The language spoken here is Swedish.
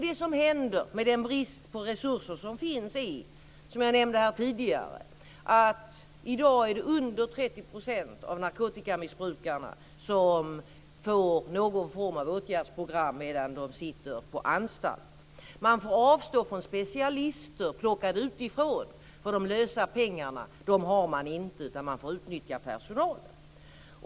Det som händer med den brist på resurser som finns är, som jag nämnde här tidigare, att det i dag är under 30 % av narkotikamissbrukarna som får någon form av åtgärdsprogram medan de sitter på anstalt. Man får avstå från specialister plockade utifrån därför att man inte har de lösa pengarna. Man får i stället utnyttja personalen.